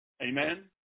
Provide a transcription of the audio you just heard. Amen